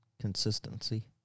consistency